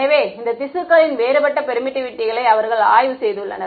எனவே இந்த திசுக்களின் வேறுபட்ட பெர்மிட்டிவிட்டிகளை அவர்கள் ஆய்வு செய்துள்ளனர்